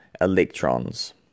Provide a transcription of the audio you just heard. electrons